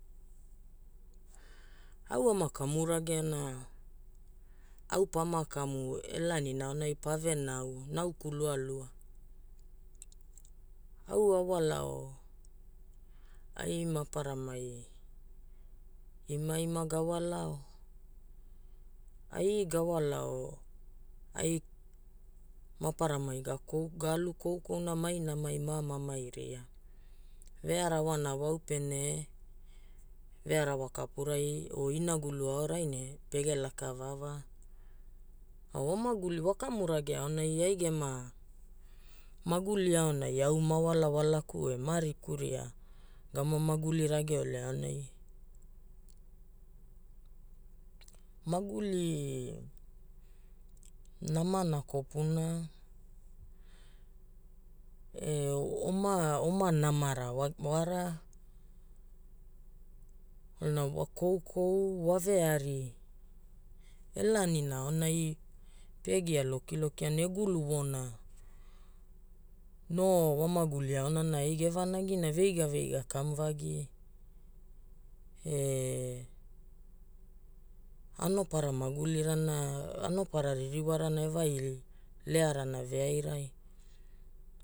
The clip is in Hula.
Au ama kamu ragena au pama kamu e laanina aonai pa ve nau, nauku lualua. Au a walao, ai maparamai imaima ga walao. Ai ga walao ai maparamai ga alu koukouna ma inamai ma amamai ria. Ve arawana waupene ve arawa kapurai o inagulu aorai ne pege laka vaavaa. Wa maguli, wa kamu rage aonai ai gema maguli aonai au ma walawalaku e ma ariku ria gama maguli rageole aonai maguli namana kopuna e oma namara wara. Kwalana wa koukou, wa veari, e laanina aonai pe gia lokilokia ne gulu voona no wa maguli aonana ai ge vanagina. Veiga veiga kamu vagi e anopara magulirana, anopara ririwarana e vai learana veaira